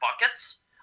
buckets